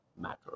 matter